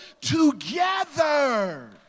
together